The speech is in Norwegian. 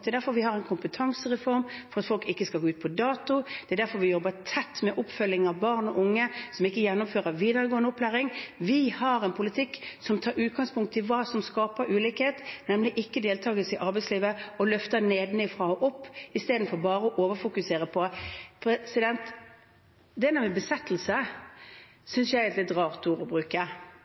Det er derfor vi har en kompetansereform – for at folk ikke skal gå ut på dato. Det er derfor vi jobber tett med oppfølging av barn og unge som ikke gjennomfører videregående opplæring. Vi har en politikk som tar utgangspunkt i hva som skaper ulikhet, nemlig ikke-deltakelse i arbeidslivet, og løfter nedenfra og opp istedenfor bare å overfokusere. Det med «besettelse» synes jeg er et litt rart ord å bruke